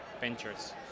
ventures